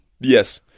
Yes